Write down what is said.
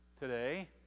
today